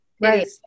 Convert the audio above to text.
Right